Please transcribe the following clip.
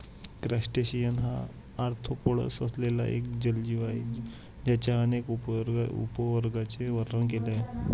crustacean हा arthropods असलेला एक जलजीव आहे ज्याच्या अनेक उपवर्गांचे वर्णन केले आहे